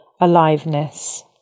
aliveness